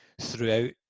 throughout